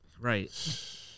Right